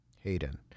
hayden